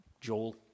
Joel